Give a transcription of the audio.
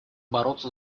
бороться